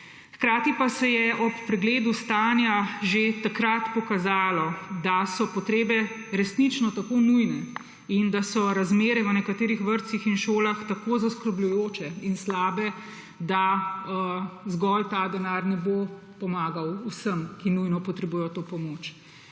Hkrati pa se je ob pregledu stanja že takrat pokazalo, da so potrebe resnično tako nujne in da so razmere v nekaterih vrtcih in šolah tako zaskrbljujoče in slabe, da zgolj ta denar ne bo pomagal vsem, ki nujno potrebujejo to pomoč.